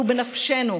שהוא בנפשנו,